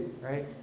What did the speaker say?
right